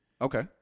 Okay